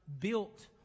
built